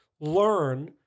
learn